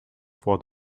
for